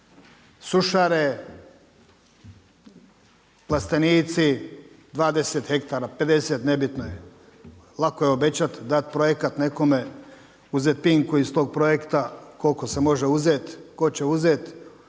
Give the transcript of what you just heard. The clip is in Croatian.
sušare, plastenici 20 hektara, 50 nebitno je. Lako je obećati, dat projekat nekome, uzet pinku iz tog projekta koliko se može uzet, tko će uzet,